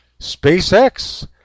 SpaceX